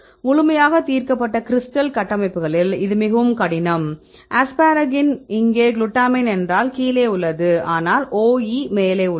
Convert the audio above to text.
முழுமையாக தீர்க்கப்பட்ட கிறிஸ்டல் கட்டமைப்புகளில் இது மிகவும் கடினம் அஸ்பாரகின் இங்கே குளுட்டமைன் என்றால் கீழே உள்ளது ஆனால் OE மேலே உள்ளது